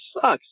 sucks